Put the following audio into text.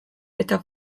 eta